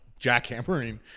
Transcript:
jackhammering